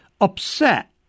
upset